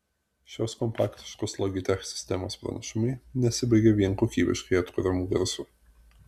šios kompaktiškos logitech sistemos pranašumai nesibaigia vien kokybiškai atkuriamu garsu